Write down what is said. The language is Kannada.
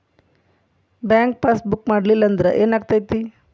ಬ್ಯಾಂಕ್ ಪಾಸ್ ಬುಕ್ ಮಾಡಲಿಲ್ಲ ಅಂದ್ರೆ ಏನ್ ಆಗ್ತೈತಿ?